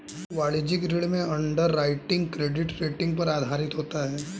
वाणिज्यिक ऋण में अंडरराइटिंग क्रेडिट रेटिंग पर आधारित होता है